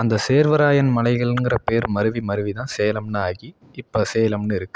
அந்த சேர்வராயன் மலைகள்ங்கிற பெயர் மருவி மருவி தான் சேலம்ன்னு ஆகி இப்போ சேலம்ன்னு இருக்குது